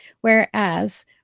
Whereas